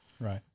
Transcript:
Right